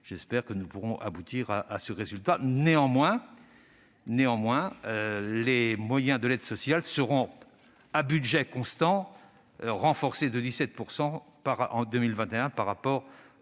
J'espère que nous pourrons aboutir à ce résultat. Cependant, les moyens de l'aide sociale seront, à budget constant, renforcés de 17 % en 2021 par rapport